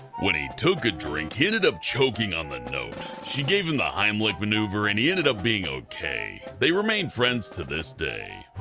when he took a drink, he ended up choking on the note. she gave him the heimlich maneuver, and he ended up being okay. they remain friends to this day.